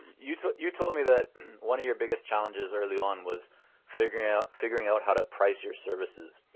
you you told me that one of your biggest challenges early on was figuring out figuring out how to price your services.